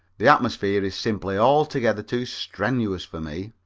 the atmosphere is simply altogether too strenuous for me.